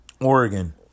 Oregon